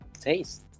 Taste